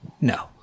No